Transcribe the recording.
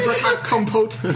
compote